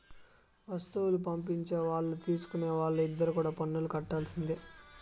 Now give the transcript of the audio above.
వస్తువులు పంపించే వాళ్ళు తీసుకునే వాళ్ళు ఇద్దరు కూడా పన్నులు కట్టాల్సిందే